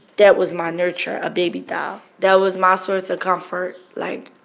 that was my nurturer a baby doll. that was my source of comfort. like,